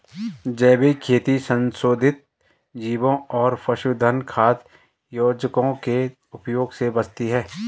जैविक खेती संशोधित जीवों और पशुधन खाद्य योजकों के उपयोग से बचाती है